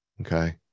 Okay